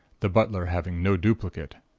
the butler having no duplicate.